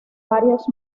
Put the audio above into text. varios